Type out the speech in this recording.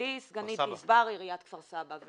סגנית גזבר בעיריית כפר סבא,